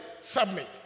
submit